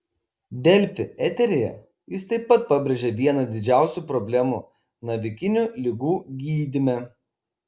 delfi eteryje jis taip pat pabrėžė vieną didžiausių problemų navikinių ligų gydyme